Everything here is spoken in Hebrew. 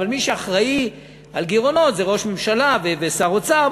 אבל מי שאחראי לגירעונות זה ראש הממשלה ושר האוצר.